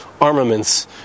armaments